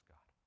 God